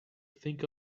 think